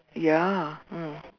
ya mm